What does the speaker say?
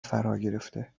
فراگرفته